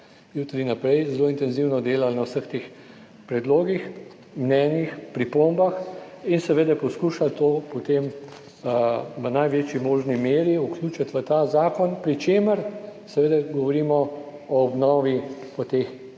jutri naprej zelo intenzivno delali na vseh teh predlogih, mnenjih, pripombah in seveda poskušali to potem v največji možni meri vključiti v ta zakon, pri čemer seveda govorimo o obnovi po teh